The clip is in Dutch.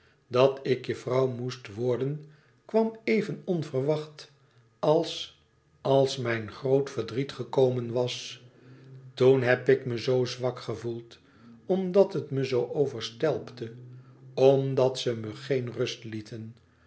dat ik je vrouw moest worden kwam even onverwacht als als mijn groot verdriet gekomen was e ids aargang oen heb ik me zoo zwak gevoeld omdat het me zoo overstelpte omdat ze me geen rust lieten